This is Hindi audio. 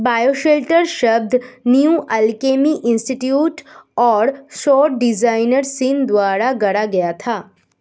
बायोशेल्टर शब्द न्यू अल्केमी इंस्टीट्यूट और सौर डिजाइनर सीन द्वारा गढ़ा गया था